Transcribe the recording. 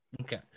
Okay